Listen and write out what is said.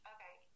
Okay